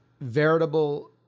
veritable